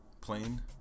Plane